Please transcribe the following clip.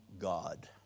God